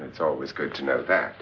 and it's always good to know that